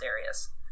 areas